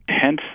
Hence